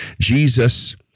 Jesus